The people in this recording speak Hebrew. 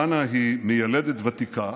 חנה היא מיילדת ותיקה